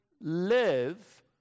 live